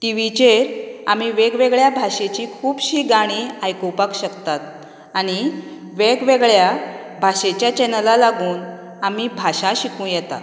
टिवीचेर आमी वेगवेगळ्या भाशेची खुबशीं गाणीं आयकुपाक शकतात आनी वेगवेगळ्या भाशेच्या चॅनला लागून आमी भाशा शिकूं येता